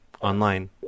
online